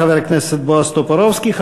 תודה לחבר הכנסת בועז טופורובסקי.